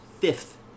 fifth